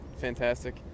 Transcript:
fantastic